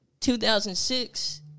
2006